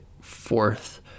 fourth